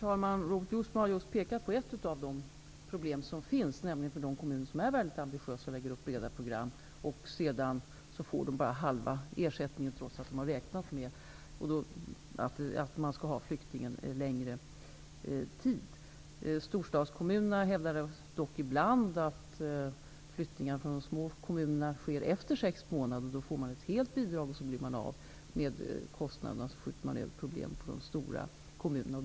Herr talman! Robert Jousma har just pekat på ett av de problem som finns, nämligen för de kommuner som är mycket ambitiösa och lägger upp breda program och sedan bara får halva ersättningen, trots att de har räknat med att ha flyktingen i kommunen en längre tid. Storstadskommunerna hävdar ibland att flyttningar från de små kommunerna sker efter sex månader, vilket innebär att de små kommunerna får ett helt bidrag och sedan blir av med sina kostnader och skjuter över problemet på de stora kommunerna.